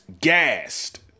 gassed